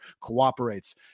cooperates